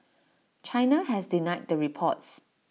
China has denied the reports